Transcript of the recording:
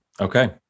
Okay